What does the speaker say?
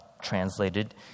translated